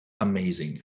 amazing